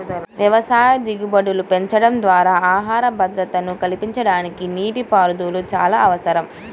వ్యవసాయ దిగుబడులు పెంచడం ద్వారా ఆహార భద్రతను కల్పించడానికి నీటిపారుదల చాలా అవసరం